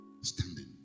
standing